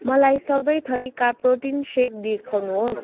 मलाई सबै थरीका प्रोटिन सेक देखाउनुहोस्